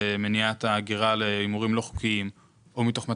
אתה יודע יפה מאוד שהתקנות מפנות לכל מיני מסמכים מאוד מאוד מפורטים